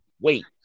wait